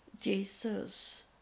Jesus